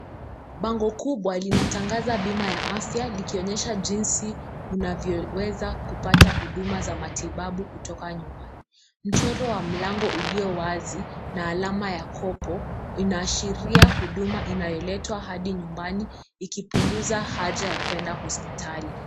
Bango kubwa linatangaza bima ya afya likionyesha jinsi unavyoweza kupata huduma za matibabu kutoka nyumbani. Mchoro wa mlango ulio wazi na alama ya kopo inaashiria huduma inayoletwa hadi nyumbani ikipunguza haja ya kuenda hospitali.